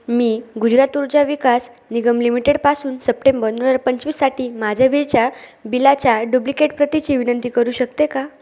मी गुजरात ऊर्जा विकास निगम लिमिटेडपासून सप्टेंबर दोन हजार पंचवीससाठी माझ्या वेळच्या बिलाच्या डुप्लिकेट प्रतीची विनंती करू शकते का